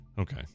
Okay